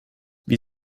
wie